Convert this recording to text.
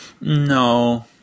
No